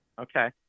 Okay